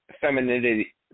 femininity